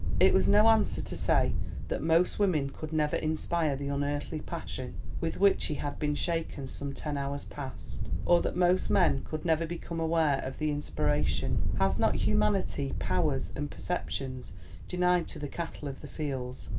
it was no answer to say that most women could never inspire the unearthly passion with which he had been shaken some ten hours past, or that most men could never become aware of the inspiration. has not humanity powers and perceptions denied to the cattle of the fields,